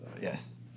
yes